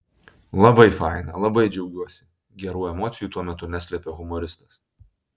labai faina labai džiaugiuosi gerų emocijų tuo metu neslėpė humoristas